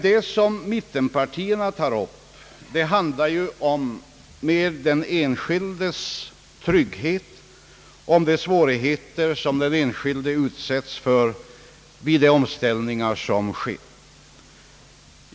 Det som mititenpartierna tar upp handlar mera om den enskildes trygghet, om de svårigheter som den enskil de utsättes för vid de omställningar som sker.